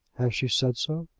has she said so?